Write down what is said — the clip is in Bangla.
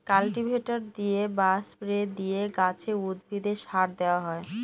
কাল্টিভেটর দিয়ে বা স্প্রে দিয়ে গাছে, উদ্ভিদে সার দেওয়া হয়